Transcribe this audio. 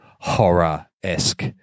horror-esque